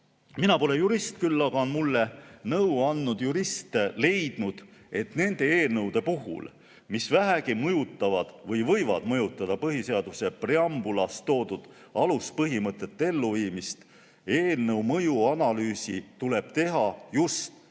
Mina pole jurist, küll aga on mulle nõu andnud jurist leidnud, et nende eelnõude puhul, mis vähegi mõjutavad või võivad mõjutada põhiseaduse preambulis toodud aluspõhimõtete elluviimist, tuleb eelnõu mõjuanalüüsi teha just